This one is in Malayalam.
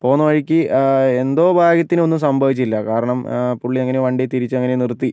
പോകുന്ന വഴിക്ക് എന്തോ ഭാഗ്യത്തിന് ഒന്നും സംഭവിച്ചില്ല കാരണം പുള്ളിയങ്ങനെ വണ്ടി തിരിച്ചങ്ങനെ നിർത്തി